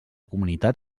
comunitat